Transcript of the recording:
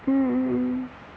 mmhmm